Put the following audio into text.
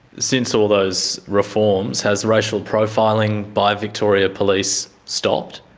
since all those reforms, has racial profiling by victoria police stopped?